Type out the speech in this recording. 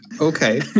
Okay